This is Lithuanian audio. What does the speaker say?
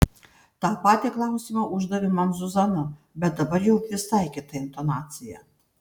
tą patį klausimą uždavė man zuzana bet dabar jau visai kita intonacija